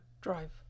drive